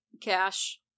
Cash